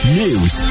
news